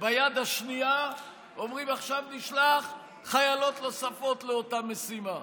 וביד השנייה אומרים: עכשיו נשלח חיילות נוספות לאותה משימה.